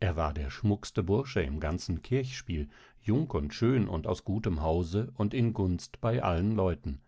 er war der schmuckste bursche im ganzen kirchspiel jung und schön und aus gutem hause und in gunst bei allen leuten